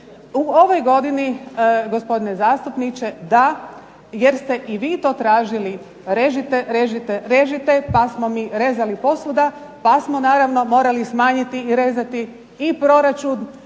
U ovoj godini gospodine zastupniče da jer ste i vi to tražili režite, režite, režite, pa smo mi rezali posvuda, pa smo naravno morali smanjiti i rezati i proračun